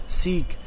seek